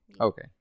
Okay